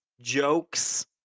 jokes